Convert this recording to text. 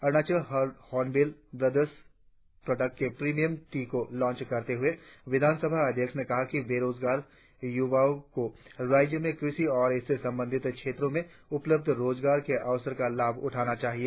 Arunachal hornbill brother product के premium tea को launch करते हुए विधान सभा अध्यक्ष ने कहा कि बेरोजगार युवाओं को राज्य में कृषि और इससे संबंधित क्षेत्रों में उपलब्ध रोजगारों के अवसरों का लाभ उठाना चाहिए